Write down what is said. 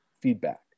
feedback